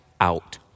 out